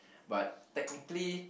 but technically